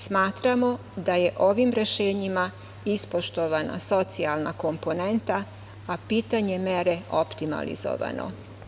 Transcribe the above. Smatramo da je ovim rešenjima ispoštovana socijalna komponenta, a pitanje mere optimalizovano.